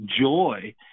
joy